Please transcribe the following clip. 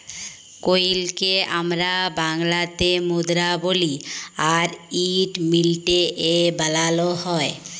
কইলকে আমরা বাংলাতে মুদরা বলি আর ইট মিলটে এ বালালো হয়